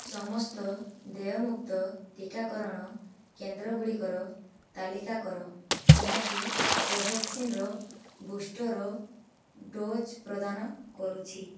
ସମସ୍ତ ଦେୟମୁକ୍ତ ଟିକାକରଣ କେନ୍ଦ୍ର ଗୁଡ଼ିକର ତାଲିକା କର ଯାହାକି କୋଭ୍ୟାକ୍ସିନ୍ର ବୁଷ୍ଟର୍ ଡୋଜ୍ ପ୍ରଦାନ କରୁଛି